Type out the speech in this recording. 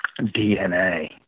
DNA